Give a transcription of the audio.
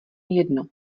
jedno